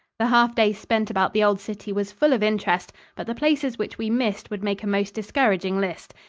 the half day spent about the old city was full of interest but the places which we missed would make a most discouraging list.